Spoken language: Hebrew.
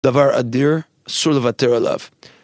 דבר אדיר, אסור לוותר עליו.